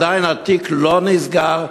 עדיין התיק לא נסגר,